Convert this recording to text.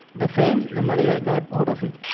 the fame, the money i got out of it.